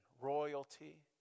royalty